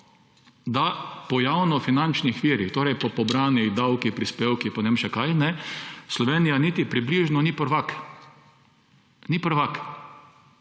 da po javnofinančnih virih, torej po pobranih davkih, prispevkih in ne vem še kaj, Slovenija niti približno ni prvak. Ni prvak.